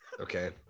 okay